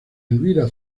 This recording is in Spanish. elvira